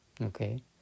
Okay